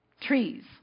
Trees